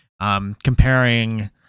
comparing